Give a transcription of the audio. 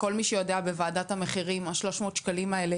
כל מי שיודע בוועדת המחירים ה-300 שקלים האלה